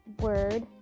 word